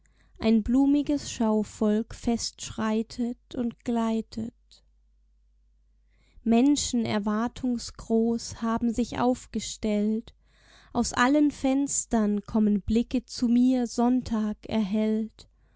ein blumiges schauvolk festschreitet und gleitet menschen erwartungs groß haben sich aufgestellt aus allen fenstern kommen blicke zu mir sonntag erhellt